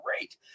great